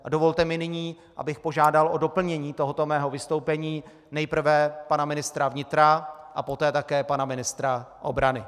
A dovolte mi nyní, abych požádal o doplnění tohoto mého vystoupení nejprve pana ministra vnitra a poté také pana ministra obrany.